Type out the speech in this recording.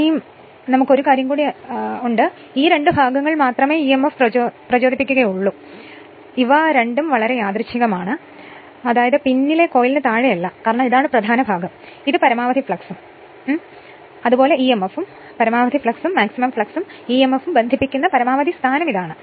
ഒരേയൊരു കാര്യം ഈ രണ്ട് ഭാഗങ്ങൾ മാത്രമേ ഇ എം എഫ് പ്രചോദിപ്പിക്കുക ഉള്ളു ഇവ രണ്ടും യാദൃശ്ചികമാണ് പിന്നിലെ കോയിലിന് താഴെയല്ല കാരണം ഇതാണ് പ്രധാന ഭാഗം ഇത് പരമാവധി ഫ്ലക്സും ഇ എം എഫ്ഉം ബന്ധിപ്പിക്കുന്ന പരമാവധി സ്ഥാനം ഇതാണ്